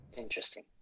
interesting